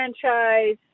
franchise